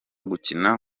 gukina